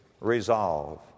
resolve